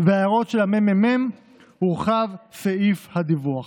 וההערות של מרכז המחקר והמידע,